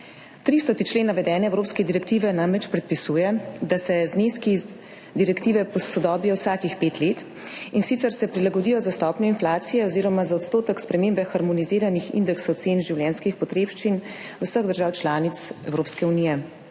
300. člen navedene evropske direktive namreč predpisuje, da se zneski iz direktive posodobijo vsakih pet let, in sicer se prilagodijo za stopnjo inflacije oziroma za odstotek spremembe harmoniziranih indeksov cen življenjskih potrebščin vseh držav članic Evropske unije.